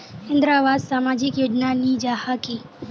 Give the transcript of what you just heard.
इंदरावास सामाजिक योजना नी जाहा की?